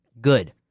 Good